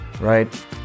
right